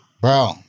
Bro